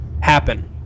happen